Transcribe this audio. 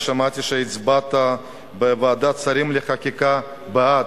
אני שמעתי שהצבעת בוועדת השרים לחקיקה בעד,